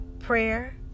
Prayer